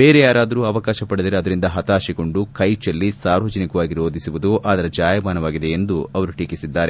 ಬೇರೆ ಯಾರಾದರೂ ಅವಕಾಶ ಪಡೆದರೆ ಅದರಿಂದ ಹತಾಶೆಗೊಂಡು ಕೈಚೆಲ್ಲಿ ಸಾರ್ವಜನಿಕವಾಗಿ ರೋಧಿಸುವುದು ಅದರ ಜಾಯಮಾನವಾಗಿದೆ ಎಂದು ಅವರು ಟೀಕಿಸಿದ್ದಾರೆ